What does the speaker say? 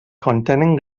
contenen